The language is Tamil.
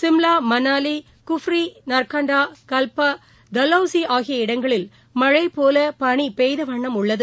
சிம்லா மனாலி குஃப்ரி நர்கண்டா கல்ப்பா டல்ஹௌசிஆகிய இடங்களில் மழைபோலபனிபெய்தவண்ணம் உள்ளது